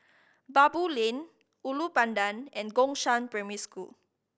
Baboo Lane Ulu Pandan and Gongshang Primary School